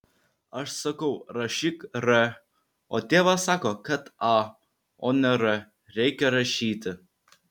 aš sakau rašyk r o tėvas sako kad a o ne r reikia rašyti